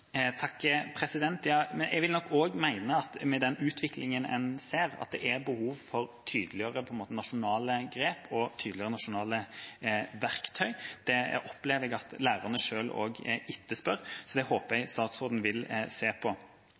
Jeg vil nok også mene at med den utviklingen en ser, er det behov for tydeligere nasjonale grep og tydeligere nasjonale verktøy. Det opplever jeg at lærerne selv også etterspør, så det håper jeg at statsråden vil se på.